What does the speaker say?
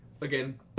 again